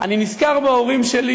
אני נזכר בהורים שלי,